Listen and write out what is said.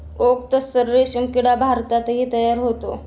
okay तस्सर रेशीम किडा भारतातही तयार होतो